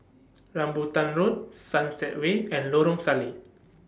Rambutan Road Sunset Way and Lorong Salleh